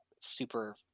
super